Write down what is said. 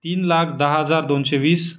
तीन लाख दहा हजार दोनशे वीस